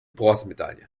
bronzemedaille